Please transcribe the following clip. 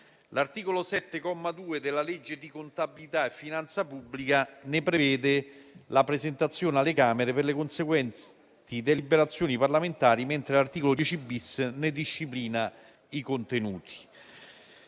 L'articolo 7, comma 2, della legge di contabilità e finanza pubblica ne prevede la presentazione alle Camere per le conseguenti deliberazioni parlamentari, mentre l'articolo 10-*bis* ne disciplina i contenuti.